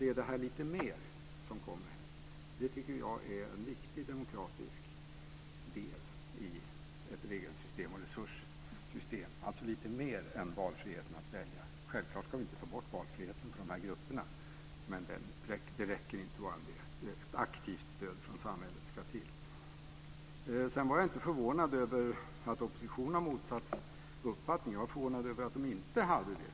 Just detta "lite mer" tycker jag är en viktig demokratisk del i ett regel och resurssystem, dvs. lite mer än friheten att välja. Självklart ska vi inte ta bort valfriheten för dessa grupper, men det räcker inte bara med den. Ett aktivt stöd från samhället ska till. Sedan var jag inte förvånad över att oppositionen har motsatt uppfattning. Jag var förvånad över att den inte hade det.